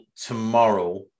tomorrow